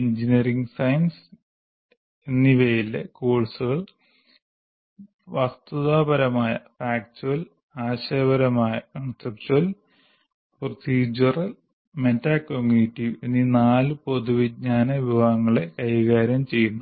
engineering sciences എന്നിവയിലെ കോഴ്സുകൾ വസ്തുതാപരമായ ആശയപരമായ പ്രോസിഡറൽ മെറ്റാകോഗ്നിറ്റീവ് എന്ന നാല് പൊതുവിജ്ഞാന വിഭാഗങ്ങളെ കൈകാര്യം ചെയ്യുന്നു